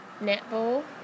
Netball